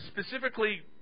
specifically